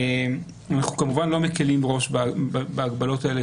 אנחנו כמובן לא מקלים ראש בהגבלות האלה